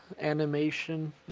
animation